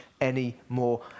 anymore